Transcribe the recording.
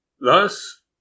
Thus